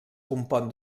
compon